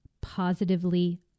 positively